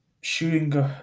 shooting